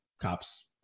cops